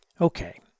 Okay